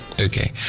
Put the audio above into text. Okay